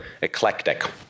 eclectic